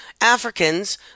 Africans